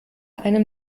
einem